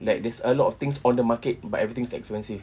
like there's a lot of things on the market but everything's expensive